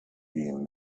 been